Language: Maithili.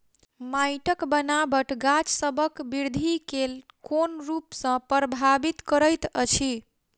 माइटक बनाबट गाछसबक बिरधि केँ कोन रूप सँ परभाबित करइत अछि?